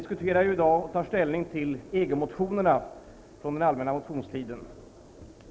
Fru talman! Vi diskuterar i dag EG-motionerna från den allmänna motionstiden.